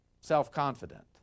self-confident